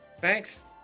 thanks